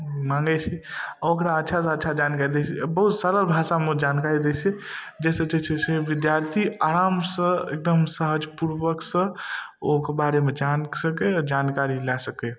मानै छै आओर ओकरा अच्छासँ अच्छा जानकारी दै छै बहुत सरल भाषामे ओ जानकारी दै छै जे सोचै छै से विद्यार्थी आरामसँ एकदम सहज पूर्वकसँ ओइके बारेमे जानि सकै आओर जानकारी लए सकै